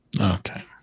okay